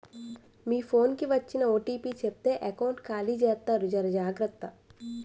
మీ phone కి వచ్చిన OTP చెప్తే ఎకౌంట్ ఖాళీ జెత్తారు జర జాగ్రత్త